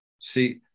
see